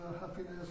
happiness